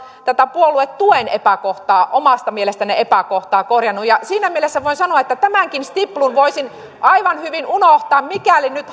tätä puoluetuen epäkohtaa omasta mielestänne epäkohtaa korjanneet siinä mielessä voin sanoa että tämänkin stiplun voisin aivan hyvin unohtaa mikäli nyt